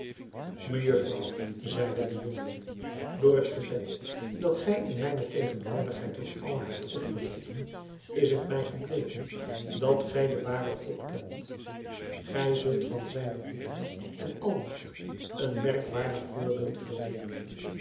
mejufvrouw zeide de jongeling door het gebed dat gij in mijne tegenwoordigheid tot allah hebt opgezonden is het mij gebleken dat gij den waren god kent gij zult van zijne goedheid en almagt een merkwaardig voorbeeld vernemen